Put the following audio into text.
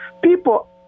People